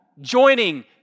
joining